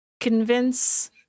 convince